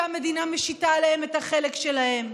שהמדינה משיתה עליהם את החלק שלהם.